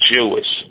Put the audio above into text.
Jewish